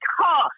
cost